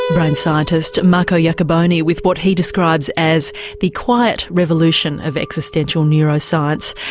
brain scientist marco iacoboni with what he describes as the quiet revolution of existential neuroscience.